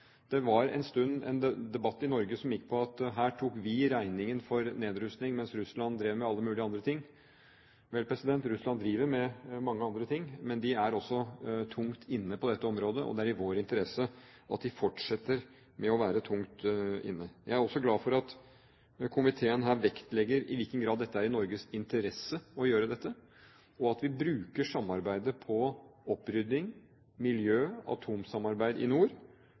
Det var en stund en debatt i Norge som gikk på at her tok vi regningen for nedrustning, mens Russland drev med alle mulige andre ting. Vel, Russland driver med mange andre ting, men de er også tungt inne på dette området, og det er i vår interesse at de fortsetter med å være tungt inne. Jeg er også glad for at komiteen vektlegger i hvilken grad det er i Norges interesse å gjøre dette, og at vi bruker samarbeidet til opprydning, miljøarbeid og atomsamarbeid i nord